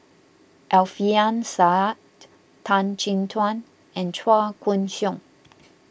Alfian Sa'At Tan Chin Tuan and Chua Koon Siong